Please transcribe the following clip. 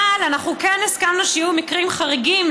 אבל אנחנו כן הסכמנו שיהיו מקרים חריגים.